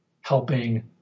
helping